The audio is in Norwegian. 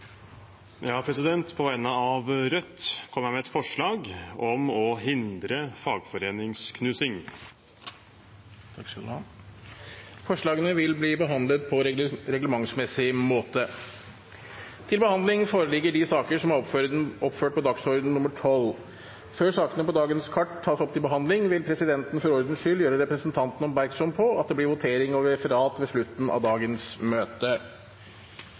På vegne av Rødt kommer jeg med et forslag om å hindre fagforeningsknusing. Forslagene vil bli behandlet på reglementsmessig måte. Før sakene på dagens kart tas opp til behandling, vil presidenten for ordens skyld gjøre representantene oppmerksom på at det blir votering over referat ved slutten av dagens møte.